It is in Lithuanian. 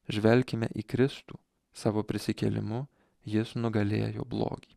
žvelkime į kristų savo prisikėlimu jis nugalėjo blogį